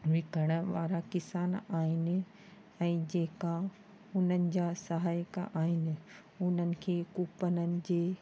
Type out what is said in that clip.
विकणण वारा किसान आहिनि ऐं जेका हुननि जा सहायक आहिनि हुननि खे कूपननि जे